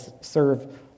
serve